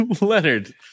Leonard